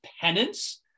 penance